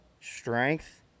strength